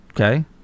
Okay